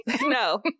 No